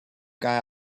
guy